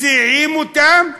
מסיעים אותם,